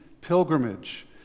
pilgrimage